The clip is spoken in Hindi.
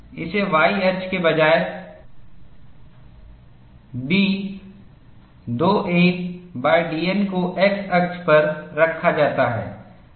इसे y अक्ष के बजाय ddN को x अक्ष पर रखा जाता है